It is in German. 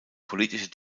politische